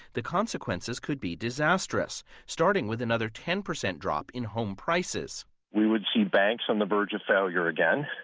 the consequences could be disastrous starting with another ten percent drop in home prices we would see banks on the verge of failure again,